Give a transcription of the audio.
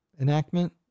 enactment